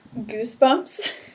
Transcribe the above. Goosebumps